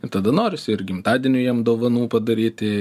ir tada norisi ir gimtadieniui jam dovanų padaryti